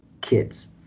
kids